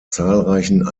zahlreichen